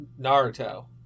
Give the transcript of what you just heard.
Naruto